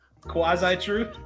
Quasi-truth